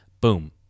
boom